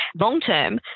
Long-term